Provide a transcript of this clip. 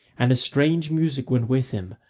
and a strange music went with him,